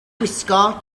gwisgo